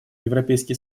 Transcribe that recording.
европейский